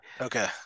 Okay